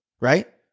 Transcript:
right